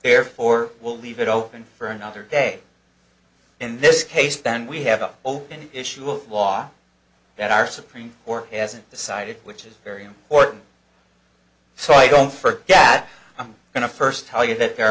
therefore we'll leave it open for another day in this case then we have an open issue a law that our supreme court hasn't decided which is very important so i don't forget i'm going to first tell you that there